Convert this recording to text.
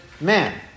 man